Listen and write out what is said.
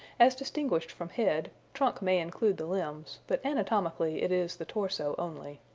as distinguished from head, trunk may include the limbs, but anatomically it is the torso only.